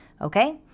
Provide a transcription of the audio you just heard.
Okay